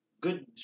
Good